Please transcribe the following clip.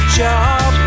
job